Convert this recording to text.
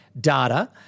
data